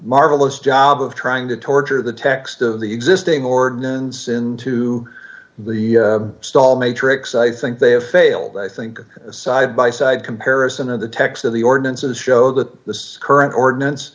marvelous job of trying to torture the text of the existing ordinance into the stall matrix i think they have failed i think side by side comparison of the text of the ordinances show that this current ordinance